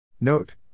Note